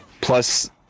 plus